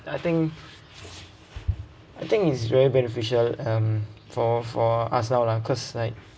I think I think is very beneficial um for for us now lah cause like